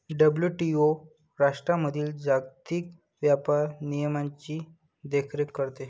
WTO राष्ट्रांमधील जागतिक व्यापार नियमांची देखरेख करते